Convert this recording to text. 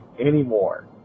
anymore